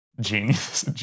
Genius